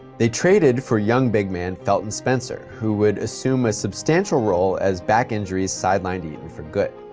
they traded for young big man felton spencer who would assume a substantial role as back injuries sidelined eaton for good.